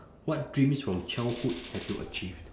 what dreams from childhood have you achieved